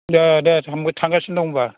दे दे थांगासिनो दं होनब्ला